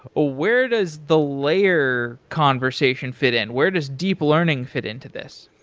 ah where does the layer conversation fit in? where does deep learning fit into this?